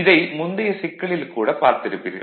இதை முந்தைய சிக்கலில் கூட பார்த்திருப்பீர்கள்